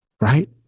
right